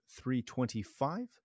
325